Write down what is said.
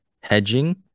hedging